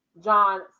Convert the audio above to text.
John